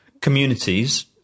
communities